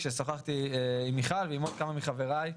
כששוחחתי עם מיכל רוזין ועם עוד כמה מחבריי,